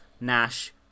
Nash